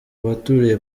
baturiye